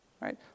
right